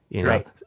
Right